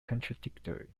contradictory